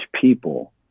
people